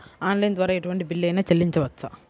Online ద్వారా ఎటువంటి bill అయినా చెల్లించవచ్చా?